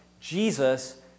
Jesus